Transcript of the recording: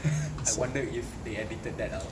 I wonder if they edited that out